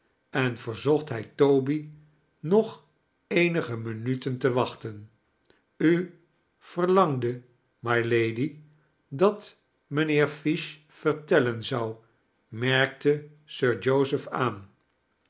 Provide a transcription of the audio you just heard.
en verzooht hij toby nocli eenige minuten te waohten u verlangdet mylady dat mijnheer fish vertellen zou merkte sir joseph aan